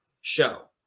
show